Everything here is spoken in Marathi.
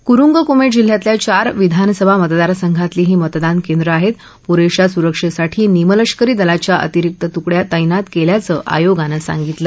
कुरुंगकुमाजिल्ह्यातल्या चार विधानसभा मतदारसंघातली ही मतदान केंद्र आहती पुरस्ता सुरक्षस्तिठी निमलष्करी दलाच्या अतिरिक्त तुकड्या तैनात कल्याचं आयोगानं सांगितलं